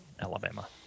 Alabama